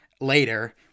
later